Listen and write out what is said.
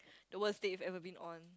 the worst date you've ever been on